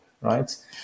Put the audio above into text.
right